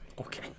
Okay